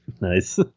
nice